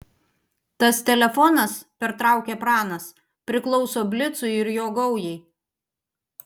tas telefonas pertraukė pranas priklauso blicui ir jo gaujai